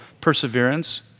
perseverance